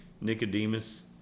nicodemus